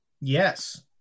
Yes